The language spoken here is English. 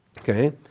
Okay